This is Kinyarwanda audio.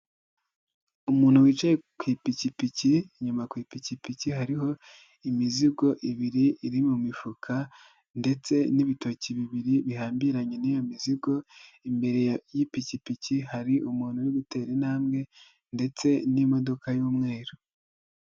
Umuntu wicaye ku ipikipiki, inyuma ku ipikipiki hariho imizigo ibiri iri mu mifuka ndetse n'ibitoki bibiri bihambiranye n'iyo mizigo, imbere y'ipikipiki hari umuntu uri gutera intambwe ndetse n'imodoka y'umweru.